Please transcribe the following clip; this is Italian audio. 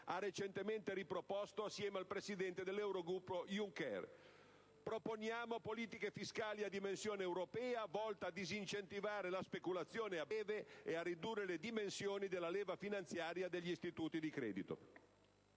ha recentemente riproposto assieme al presidente dell'Eurogruppo Juncker. Proponiamo politiche fiscali a dimensione europea volte a disincentivare la speculazione a breve e a ridurre le dimensioni della leva finanziaria degli istituti di credito».